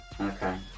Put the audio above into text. okay